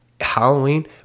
Halloween